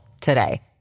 today